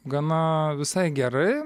gana visai gerai